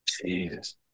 Jesus